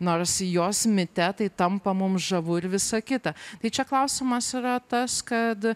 nors jos mite tai tampa mums žavu ir visa kita tai čia klausimas yra tas kad